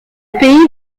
pays